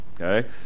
okay